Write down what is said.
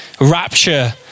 rapture